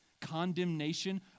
condemnation